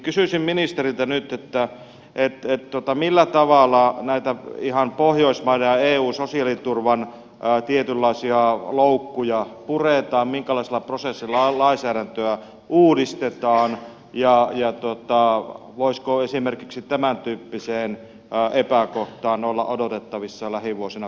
kysyisin ministeriltä nyt millä tavalla näitä ihan pohjoismaiden ja eun sosiaaliturvan tietynlaisia loukkuja puretaan minkälaisella prosessilla lainsäädäntöä uudistetaan ja voisiko esimerkiksi tämäntyyppiseen epäkohtaan olla odotettavissa lähivuosina korjauksia